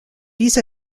vis